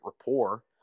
rapport